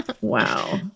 wow